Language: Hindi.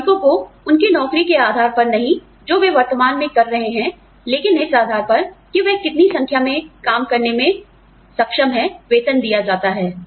श्रमिकों को उनकी नौकरी के आधार पर नहीं जो वे वर्तमान में कर रहे हैं लेकिन इस आधार पर कि वह कितनी संख्या में काम करने में सक्षम है वेतन दिया जाता हैं